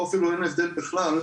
פה אפילו אין הבדל בכלל,